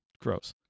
gross